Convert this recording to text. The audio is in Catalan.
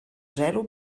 zero